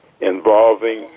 involving